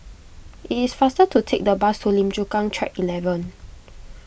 it is faster to take the bus to Lim Chu Kang Track eleven